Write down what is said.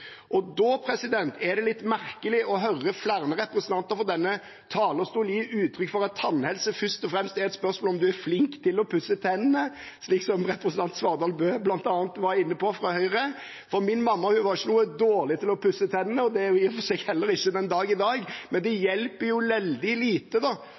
Da er det litt merkelig å høre flere representanter fra denne talerstolen gi uttrykk for at tannhelse først og fremst er et spørsmål om hvorvidt man er flink til å pusse tennene, slik representanten Svardal Bøe fra Høyre bl.a. var inne på. Min mamma var ikke noe dårlig til å pusse tennene – det er hun i og for seg heller ikke den dag i dag – men det